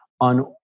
on